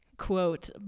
quote